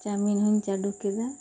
chowmein ᱦᱚᱧ ᱪᱟᱹᱰᱩ ᱠᱮᱫᱟ